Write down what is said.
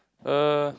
uh